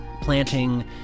planting